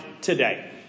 today